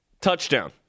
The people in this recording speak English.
Touchdown